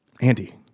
Andy